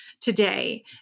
today